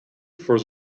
for